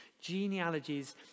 genealogies